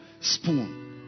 Spoon